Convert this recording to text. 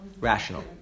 Rational